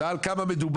הוא שאל על כמה מדובר,